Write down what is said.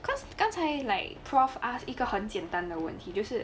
cause 刚才 like prof asked 一个很简单的问题就是